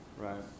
right